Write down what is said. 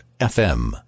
FM